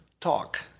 talk